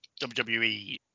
WWE